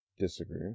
Disagree